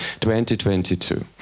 2022